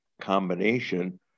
combination